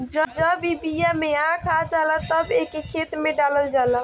जब ई बिया में आँख आ जाला तब एके खेते में डालल जाला